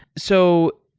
so,